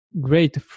great